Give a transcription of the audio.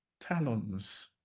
talons